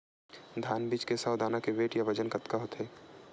धान बीज के सौ दाना के वेट या बजन कतके होथे?